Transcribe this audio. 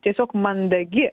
tiesiog mandagi